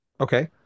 Okay